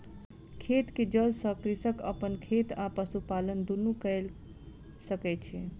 खेत के जल सॅ कृषक अपन खेत आ पशुपालन दुनू कय सकै छै